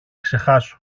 ξεχάσω